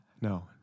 No